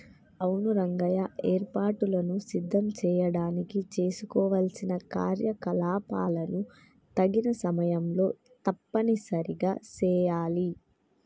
అవును రంగయ్య ఏర్పాటులను సిద్ధం చేయడానికి చేసుకోవలసిన కార్యకలాపాలను తగిన సమయంలో తప్పనిసరిగా సెయాలి